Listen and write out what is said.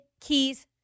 keys